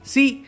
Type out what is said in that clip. See